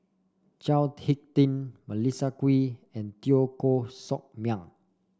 Chao HicK Tin Melissa Kwee and Teo Koh Sock Miang